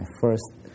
first